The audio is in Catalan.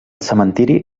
cementiri